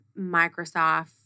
Microsoft